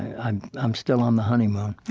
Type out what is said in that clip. i'm i'm still on the honeymoon.